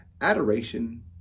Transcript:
Adoration